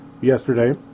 yesterday